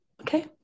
okay